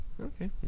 Okay